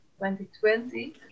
2020